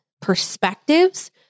perspectives